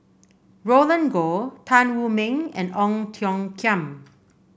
Roland Goh Tan Wu Meng and Ong Tiong Khiam